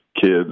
kids